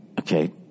okay